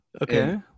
okay